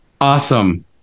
Awesome